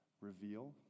reveal